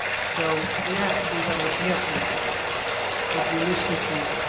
so we have to be very careful what we listen to,